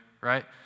right